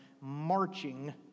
marching